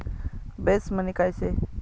Base money काय शे?